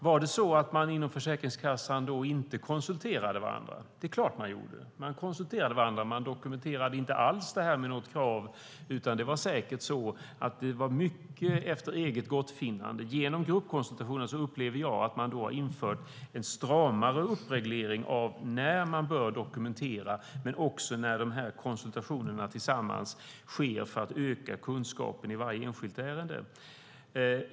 Var det så att man inom Försäkringskassan då inte konsulterade varandra? Det är klart att man konsulterade varandra. Man dokumenterade inte alls detta utifrån något krav, utan det skedde säkert mycket efter eget gottfinnande. Genom införandet av gruppkonsultationen upplever jag att det är en stramare reglering av när man bör dokumentera men också när konsultationerna tillsammans ska ske för att öka kunskapen i varje enskilt ärende.